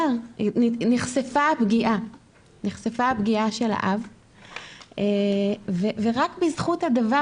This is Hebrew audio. נחשפה הפגיעה של האב ורק בזכות הדבר